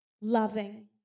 loving